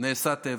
נעשה טבח.